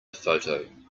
photo